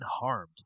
unharmed